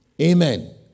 Amen